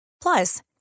Plus